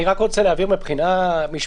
10:51) אני רק רוצה להבהיר מהבחינה המשפטית,